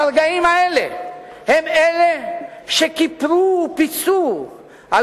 והרגעים האלה הם אלה שכיפרו ופיצו על